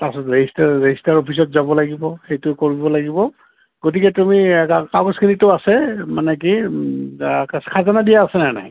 তাৰপাছত register register অফিচত যাব লাগিব সেইটো কৰিব লাগিব গতিকে তুমি কাগজখিনিতো আছে মানে কি খাজনা দিয়া আছে নে নাই